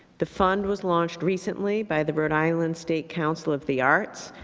the fund was launched recently by the rhode island state council of the arts.